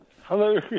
Hello